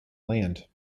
land